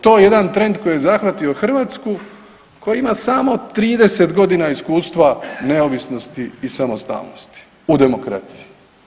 To je jedan trend koji je zahvatio Hrvatsku koja ima samo 30 godina iskustva neovisnosti i samostalnosti u demokraciji.